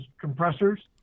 compressors